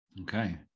okay